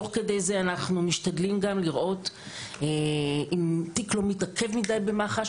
תוך כדי זה אנחנו משתדלים גם לראות אם תיק לא מתעכב מדי במח"ש,